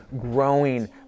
growing